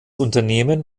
unternehmen